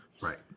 right